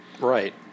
Right